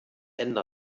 ändert